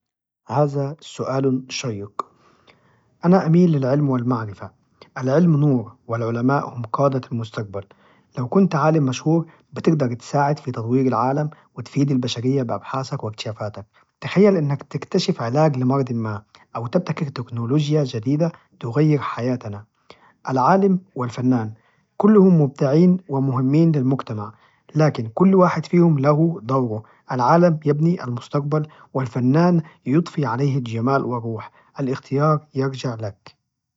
هذا سؤال شيق، أنا أميل للعلم والمعرفة، العلم نور، والعلماء هم قادة المستقبل، لو كنت عالم مشهور بتقدر تساعد في تطوير العالم، وتفيد البشرية بأبحاثك والكتشافاتك، تخيل إنك تكتشف علاج لمرض ما! أو تبتكر تكنولوجيا جديدة تغير حياتنا! العالم والفنان كلهم مبدعين ومهمين للمجتمع، لكن كل واحد فيهم له دوره، العالم يبني المستقبل، والفنان يضفي عليه الجمال والروح الاختيار يرجع لك.